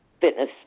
fitness